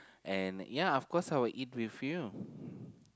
and ya of course I'll eat with you